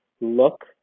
look